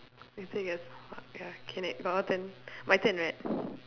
later yes oh my god okay ne~ your your turn my turn right